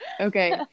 Okay